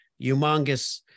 humongous